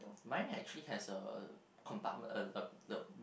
mine actually has a uh compartme~ the